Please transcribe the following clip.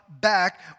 back